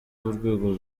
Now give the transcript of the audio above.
w’urwego